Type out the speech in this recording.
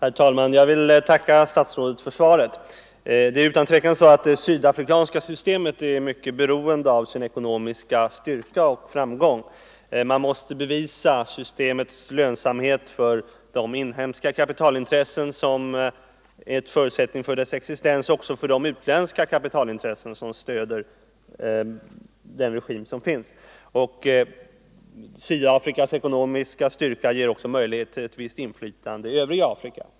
Herr talman! Jag tackar statsrådet för svaret. Utan tvivel är det sydafrikanska systemet mycket beroende av sin ekonomiska styrka och framgång. Man måste bevisa systemets lönsamhet Nr 119 för de inhemska kapitalintressen som är en förutsättning för dess existens Tisdagen den och också för de utländska kapitalintressen som stöder regimen. Syd 12 november 1974 afrikas ekonomiska styrka ger också möjlighet till ett visst inflytande I i det övriga Afrika.